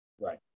Right